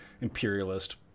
imperialist